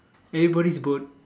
everybody's boat